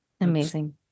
Amazing